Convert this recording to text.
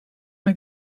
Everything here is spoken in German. mal